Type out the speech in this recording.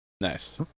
nice